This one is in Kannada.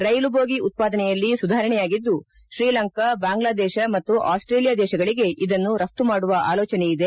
ರೈಲು ಬೋಗಿ ಉತ್ಪಾದನೆಯಲ್ಲಿ ಸುಧಾರಣೆಯಾಗಿದ್ದು ಶ್ರೀಲಂಕಾ ಬಾಂಗ್ಲಾದೇಶ ಮತ್ತು ಆಸ್ಟೇಲಿಯಾ ದೇಶಗಳಿಗೆ ಇದನ್ನು ರಫ್ತು ಮಾಡುವ ಆಲೋಜನೆಯಿದೆ